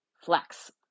flex